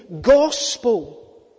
gospel